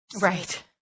Right